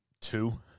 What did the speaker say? Two